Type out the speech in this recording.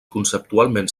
conceptualment